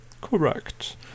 Correct